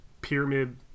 pyramid